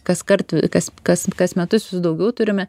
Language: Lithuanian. kaskart kas kas kas metus vis daugiau turime